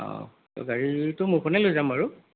অঁ গাড়ীতো মোৰখনে লৈ যাম বাৰু